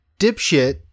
dipshit